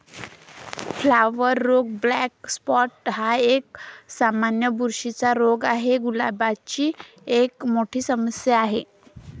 flower रोग black spot हा एक, सामान्य बुरशीचा रोग आहे, गुलाबाची एक मोठी समस्या आहे